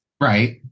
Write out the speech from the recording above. Right